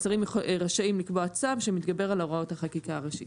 השרים רשאים לקבוע צו שמתגברים על הוראות החקיקה הראשית.